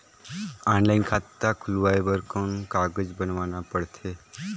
Online खाता खुलवाय बर कौन कागज बनवाना पड़थे?